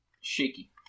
Shaky